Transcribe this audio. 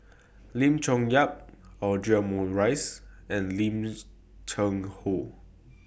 Lim Chong Yah Audra Morrice and Lim's Cheng Hoe